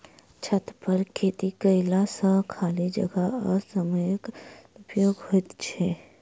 छतपर खेती कयला सॅ खाली जगह आ समयक सदुपयोग होइत छै